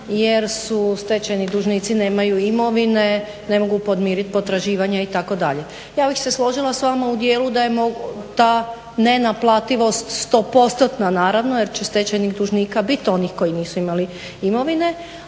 jer stečajni dužnici nemaju imovine, ne mogu podmirit potraživanja itd. Ja bih se složila s vama u dijelu da je ta nenaplativost 100%-tna naravno jer će stečajnih dužnika biti onih koji nisu imali imovine,